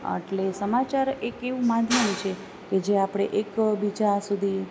એટલે સમાચાર એક એવું માધ્યમ છે કે જે આપણે એક બીજા સુધી